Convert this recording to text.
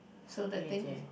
so the thing is